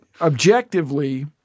objectively